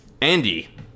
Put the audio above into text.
Andy